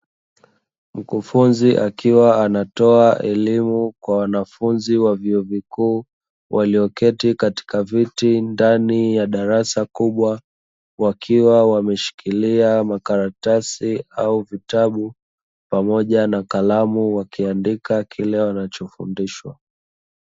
Mkufunzi akiwa anatoa elimu kwa wanafunzi wa vyuo vikuu, walio keti katika viti ndani ya darasa kubwa, wakiwa wameshikilia makaratasi au vitabu pamoja na kalamu wakiandika kile wanachofundishwa.